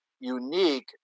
unique